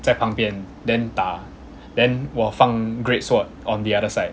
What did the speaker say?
在旁边 then 打 then 我放 great sword on the other side